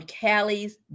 Callie's